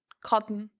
cotton,